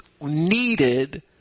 needed